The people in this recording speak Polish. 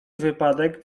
wypadek